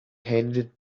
handed